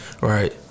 right